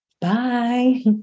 Bye